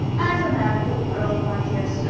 as a man of the world, my dear sir,